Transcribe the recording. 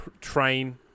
Train